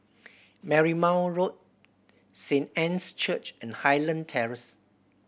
Marymount Road Saint Anne's Church and Highland Terrace